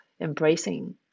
embracing